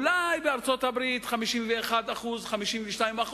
בארצות-הברית אולי 51% 52%,